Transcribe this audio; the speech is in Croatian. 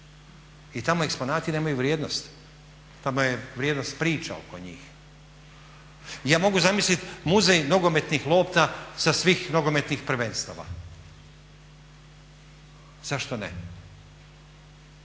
I tamo eksponati nemaju vrijednost, tamo je vrijednost priča oko njih. Ja mogu zamisliti muzej nogometnih lopti sa svim nogometnih prvenstava. Zašto ne?